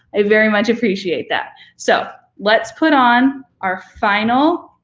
i very much appreciate that. so let's put on our final,